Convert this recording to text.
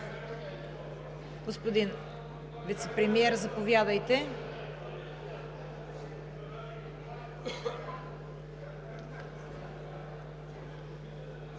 Господин Вицепремиер, заповядайте.